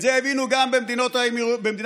את זה הבינו גם במדינת האמירויות